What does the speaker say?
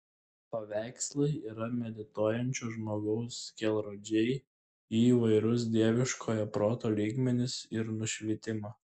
paveikslai yra medituojančio žmogaus kelrodžiai į įvairius dieviškojo proto lygmenis ir nušvitimą